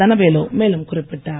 தனவேலு மேலும் குறிப்பிட்டார்